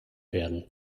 werden